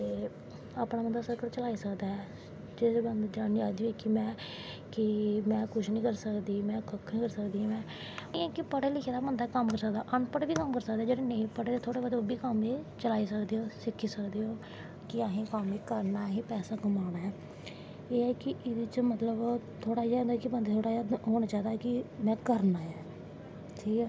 ते अपनां बंदा सर्कल चलाई सकदा ऐ जेह्ड़ी जनानी आखदी होऐ कि में की में कुश नी करी सकदी में कक्ख नी करी सकदी में एह् ऐ कि पढ़े लिखे दा बंदा कम्म करी सकदा अनपढ़ बी करी सकदा जेह्ड़ा नेंई पढ़े दा थोह्ड़ा बौह्ता ओह् बी कम्म चलाई सकदे होन सिक्की सकदे होन कि असें कम्म एह् करनां ऐ असैं पैसा कमाना ऐ एह् ऐ कि एह्दे च मतलव थोह्ॅड़ा ऐ कि एह् होनां चाही दा कि में करनां ऐ ठीक ऐ